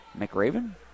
McRaven